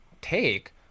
take